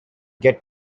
get